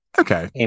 okay